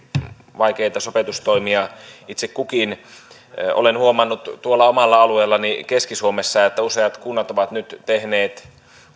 vaikeita sopeutustoimia itse kukin olen huomannut tuolla omalla alueellani keski suomessa että useat kunnat ovat nyt tehneet